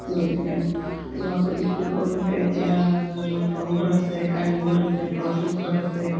গতিকে শিৱসাগৰ ডিষ্ট্ৰিক্টতে এতিয়া ৰংঘৰ আছে কাৰেংঘৰ আছে তলাতল ঘৰ আছে